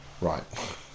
Right